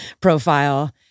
profile